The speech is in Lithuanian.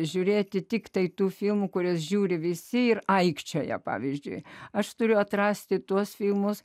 žiūrėti tiktai tų filmų kuriuos žiūri visi ir aikčioja pavyzdžiui aš turiu atrasti tuos filmus